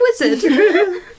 wizard